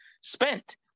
spent